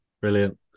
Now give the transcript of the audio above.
Brilliant